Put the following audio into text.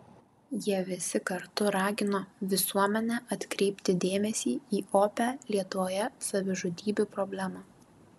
jie visi kartu ragino visuomenę atkreipti dėmesį į opią lietuvoje savižudybių problemą